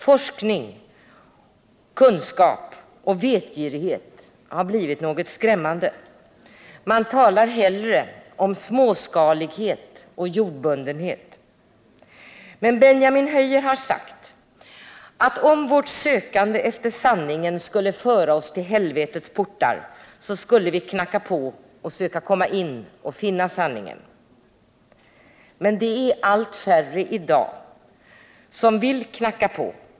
Forskning, kunskap och vetgirighet har blivit något skrämmande — man talar hellre om småskalighet och jordbundenhet. Men Benjamin Höijer har sagt att om vårt sökande efter sanningen skulle föra oss till helvetets portar skulle vi knacka på och söka komma in och finna sanningen. Men det är allt färre som i dag vill knacka på.